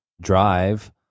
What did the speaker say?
Drive